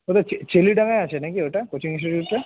তবে চি চিলিডাঙ্গায় আছে নাকি ওটা কোচিং সেন্টারটা